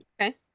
Okay